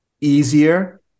easier